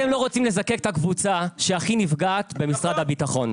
אתם לא רוצים לזקק את הקבוצה שהכי נפגעת במשרד הביטחון.